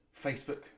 Facebook